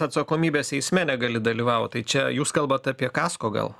atsakomybės teisme negali dalyvaut tai čia jūs kalbat apie kasko gal